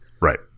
Right